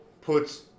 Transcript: puts